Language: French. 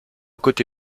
côté